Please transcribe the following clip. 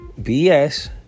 BS